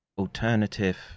Alternative